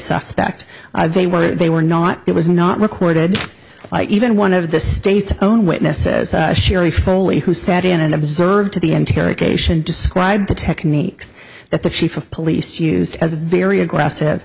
suspect they were they were not it was not recorded by even one of the state's own witnesses sherry foley who sat in and observed the interrogation described the techniques that the chief of police used as a very aggressive